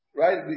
right